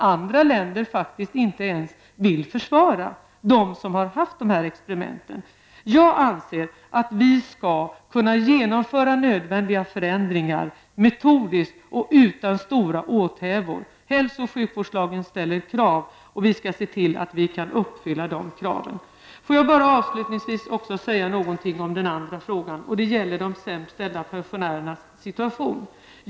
Andra länder som har genomfört sådana experiment vill faktiskt inte ens försvara dem. Jag anser att vi skall kunna genomföra nödvändiga förändringar metodiskt och utan stora åthävor. Hälso och sjukvårdslagen ställer krav, och vi skall se till att uppfylla de kraven. Avslutningsvis vill jag även säga något om situationen för de sämst ställda pensionärerna.